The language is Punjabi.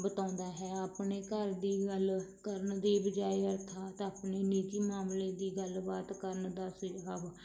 ਬਤਾਉਂਦਾ ਹੈ ਆਪਣੇ ਘਰ ਦੀ ਗੱਲ ਕਰਨ ਦੀ ਬਜਾਏ ਅਰਥਾਤ ਆਪਣੀ ਨਿੱਜੀ ਮਾਮਲੇ ਦੀ ਗੱਲਬਾਤ ਕਰਨ ਦਾ ਸੁਝਾਵ